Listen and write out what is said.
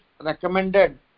recommended